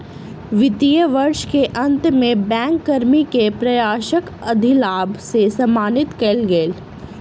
वित्तीय वर्ष के अंत में बैंक कर्मी के प्रयासक अधिलाभ सॅ सम्मानित कएल गेल